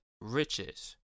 riches